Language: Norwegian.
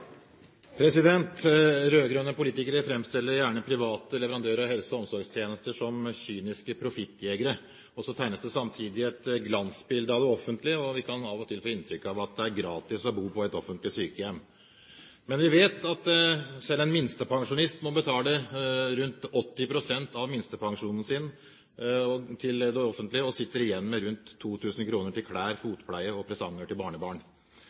tegnes det samtidig et glansbilde av det offentlige. Vi kan av og til få inntrykk av at det er gratis å bo på et offentlig sykehjem, men vi vet at selv en minstepensjonist må betale rundt 80 pst. av minstepensjonen sin til det offentlige og sitter igjen med rundt 2 000 kr til klær, fotpleie og presanger til barnebarn.